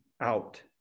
out